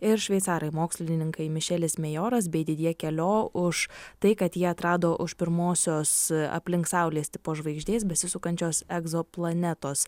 ir šveicarai mokslininkai mišelis mejoras bei didjė kelio už tai kad jie atrado už pirmosios aplink saulės tipo žvaigždės besisukančios egzoplanetos